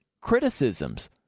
criticisms